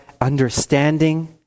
understanding